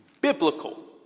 Biblical